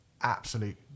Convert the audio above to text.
absolute